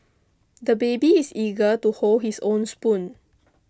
the baby is eager to hold his own spoon